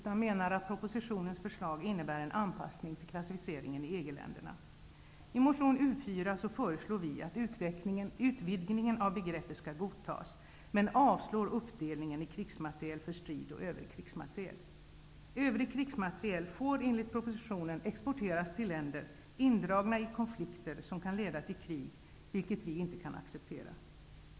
Man anser att propositionens förslag innebär en anpassning till klassificeringen i EG-länderna. I motion U4 föreslår vi att utvidgningen av begreppet skall godtas, men vi avstyrker uppdelningen i krigsmateriel för strid och övrig krigsmateriel. Övrig krigsmateriel får enligt propositionen exporteras till länder som är indragna i konflikter som kan leda till krig, vilket vi inte kan acceptera.